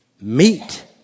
meat